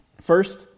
First